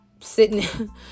sitting